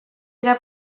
dira